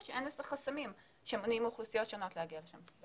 שאין חסמים שמונעים מאוכלוסיות שונות להגיע לשם.